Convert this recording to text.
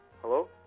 Hello